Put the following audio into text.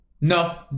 no